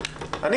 כזאת,